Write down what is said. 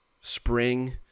spring